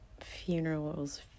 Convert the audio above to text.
funerals